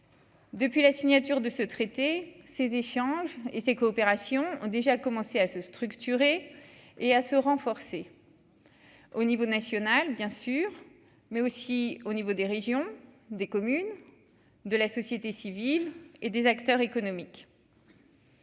Depuis la signature de ce traité ces échanges et ces coopérations ont déjà commencé à se structurer et à se renforcer au niveau national, bien sûr, mais aussi au niveau des régions des communes de la société civile et des acteurs économiques.